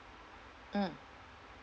mm